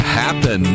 happen